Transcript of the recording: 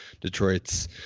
detroit's